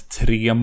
tre